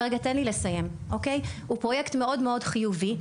הוא פרויקט מאוד חיובי,